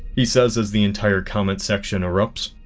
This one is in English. he says as the entire comment section erupts,